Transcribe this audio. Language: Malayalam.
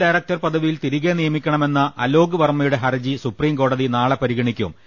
ഐ ഡയറക്ടർ പദവിയിൽ തിരികെ നിയമിക്കണമെന്ന അലോക് വർമ്മയുടെ ഹർജി സുപ്രീംകോടതി നാളെ പരിഗണി ക്കും